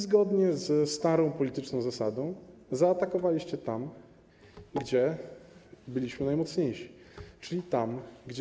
Zgodnie ze starą polityczną zasadą zaatakowaliście tam, gdzie byliśmy najmocniejsi, czyli tam, gdzie.